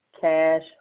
cash